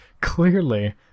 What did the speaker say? clearly